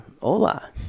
hola